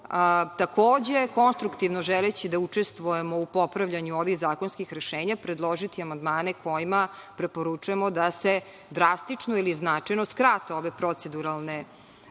takođe, konstruktivno želeći da učestvujemo u popravljanju ovih zakonskih rešenja, predložiti amandmane kojima preporučujemo da se drastično ili značajno skrate ove proceduralne